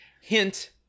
Hint